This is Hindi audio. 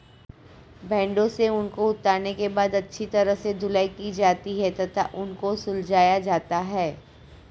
भेड़ों से ऊन को उतारने के बाद अच्छी तरह से धुलाई की जाती है तथा ऊन को सुलझाया जाता है